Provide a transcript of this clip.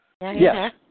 yes